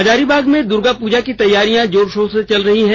हजारीबाग में दुर्गा पूजा की तैयारियां जोर शोर से चल रही है